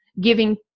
giving